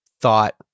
thought